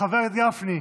חבר הכנסת גפני,